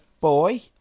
boy